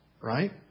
right